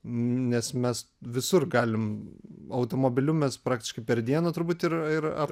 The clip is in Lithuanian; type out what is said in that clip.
nes mes visur galim automobiliu mes praktiškai per dieną turbūt ir ir ar